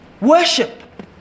Worship